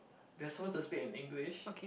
we're supposed to speak in English